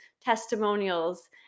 testimonials